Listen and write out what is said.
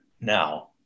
now